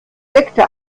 sekte